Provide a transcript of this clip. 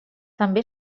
també